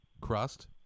crust